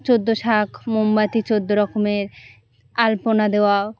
চোদ্দো শাক মোমবাতি চোদ্দো রকমের আলপনা দেওয়া